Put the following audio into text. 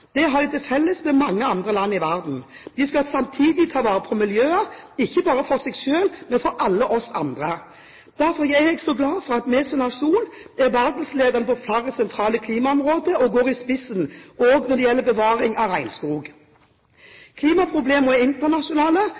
Det har de til felles med mange andre land i verden. De skal samtidig ta vare på miljøet, ikke bare for seg selv, men for alle oss andre. Derfor er jeg glad for at vi som nasjon er verdensledende på flere sentrale klimaområder og går i spissen også når det gjelder bevaring av regnskog. Klimaproblemene er internasjonale,